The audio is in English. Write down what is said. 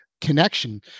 connection